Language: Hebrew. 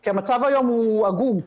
כי המצב היום הוא עגום.